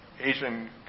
Asian